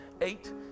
eight